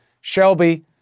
Shelby